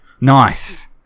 Nice